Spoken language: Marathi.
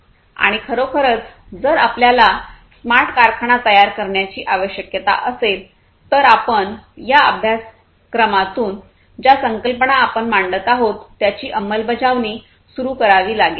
आणि खरोखरच जर आपल्याला स्मार्ट कारखाना तयार करण्याची आवश्यकता असेल तर आपण या अभ्यासक्रमातून ज्या संकल्पना आपण मांडत आहोत त्यांची अंमलबजावणी सुरू करावी लागेल